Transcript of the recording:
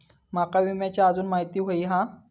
माका विम्याची आजून माहिती व्हयी हा?